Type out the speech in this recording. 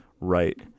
right